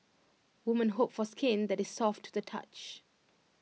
woman hope for skin that is soft to the touch